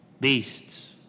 beasts